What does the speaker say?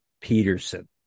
Peterson